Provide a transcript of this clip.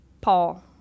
Paul